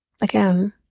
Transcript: again